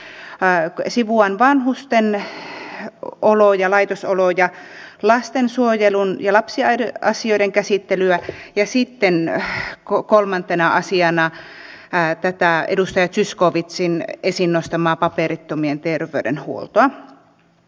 sivuan vanhusten laitosoloja lastensuojelun ja lapsiasioiden käsittelyä ja sitten kolmantena asiana tätä edustaja zyskowizin esiin nostamaa paperittomien terveydenhuoltoa